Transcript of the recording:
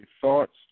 thoughts